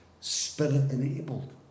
spirit-enabled